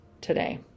today